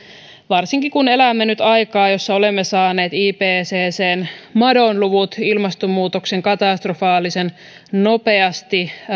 varsinkin kun elämme nyt aikaa jossa olemme saaneet ipccn madonluvut ilmastonmuutoksen katastrofaalisen nopeasti